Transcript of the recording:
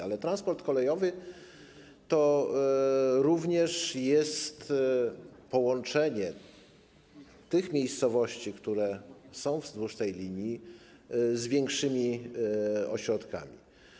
Ale transport kolejowy to jest również połączenie tych miejscowości, które są wzdłuż tej linii, z większymi ośrodkami.